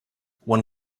when